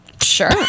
sure